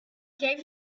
gave